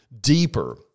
deeper